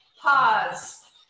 Pause